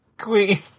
queen